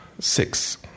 Six